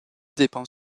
dépend